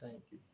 thank you